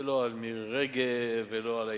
ולפעמים המזכיר מחליף אותה.